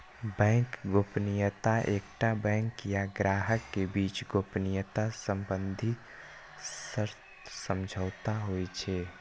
bank गोपनीयता एकटा bank आ ग्राहक के बीच गोपनीयता संबंधी सशर्त समझौता होइ छै